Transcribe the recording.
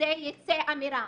שתצא אמירה.